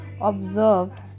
observed